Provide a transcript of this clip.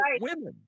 women